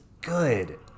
good